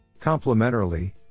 Complementarily